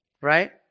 right